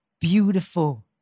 beautiful